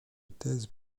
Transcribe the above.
thèses